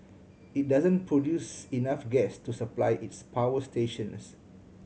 it doesn't produce enough gas to supply its power stations